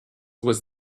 was